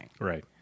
Right